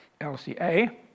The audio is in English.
LCA